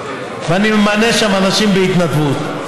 ואני ממנה שם אנשים בהתנדבות.